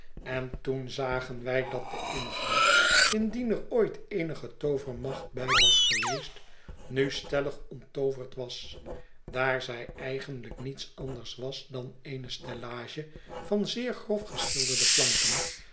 en toen zagen wij dat de ingang indien er ooit eenige toovermacht bij was geweest nu stellig onttooverd was daar zij eigenlijk niets anders was dan eene stellage van zeer grof geschilderde planken